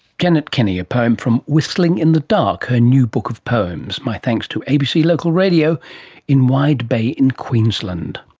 janet kenny, a poem from whistling in the dark, her new book of poems. my thanks to abc local radio in wide bay in queensland.